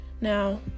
Now